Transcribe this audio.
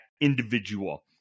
individual